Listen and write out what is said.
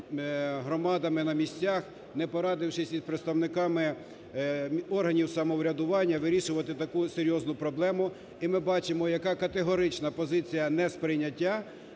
громадами на місцях, не порадившись із представниками органів самоврядування, вирішувати таку серйозну проблему. І ми бачимо, яка категорична позиція несприйняття